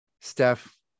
Steph